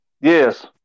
Yes